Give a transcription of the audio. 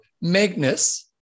Magnus